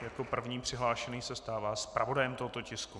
Jako první přihlášený se stává zpravodajem tohoto tisku.